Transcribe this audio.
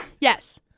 Yes